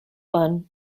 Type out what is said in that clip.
bun